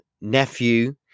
nephew